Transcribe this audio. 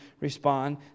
respond